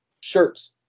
shirts